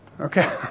Okay